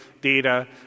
data